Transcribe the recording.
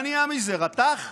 מה נהיה מזה, רתך?